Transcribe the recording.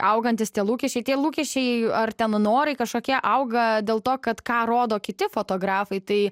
augantys tie lūkesčiai tie lūkesčiai ar ten norai kažkokie auga dėl to kad ką rodo kiti fotografai tai